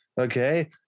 Okay